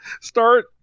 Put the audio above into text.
Start